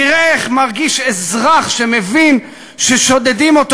תראה איך מרגיש אזרח שמבין ששודדים אותו